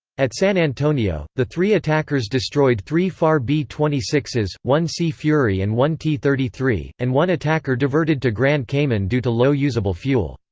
at san antonio, the three attackers destroyed three far b twenty six s, one sea fury and one t thirty three, and one attacker diverted to grand cayman due to low usable fuel.